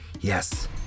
yes